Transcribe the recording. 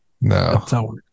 no